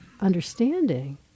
understanding